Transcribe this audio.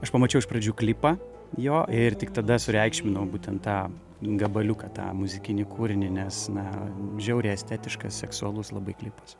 aš pamačiau iš pradžių klipą jo ir tik tada sureikšminau būtent tą gabaliuką tą muzikinį kūrinį nes na žiauriai estetiškas seksualus labai klipas